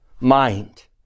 mind